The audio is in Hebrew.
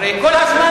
הרי כל הזמן,